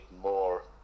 more